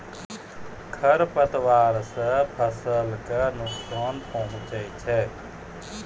खरपतवार से फसल क नुकसान पहुँचै छै